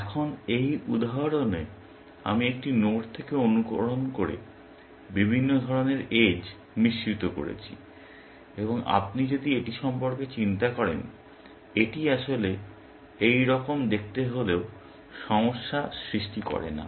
এখন এই উদাহরণে আমি একটি নোড থেকে অনুকরণ করে বিভিন্ন ধরনের এজ মিশ্রিত করেছি এবং আপনি যদি এটি সম্পর্কে চিন্তা করেন এটি আসলে এইরকম দেখতে হলেও সমস্যা সৃষ্টি করে না